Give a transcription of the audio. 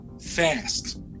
fast